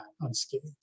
unscathed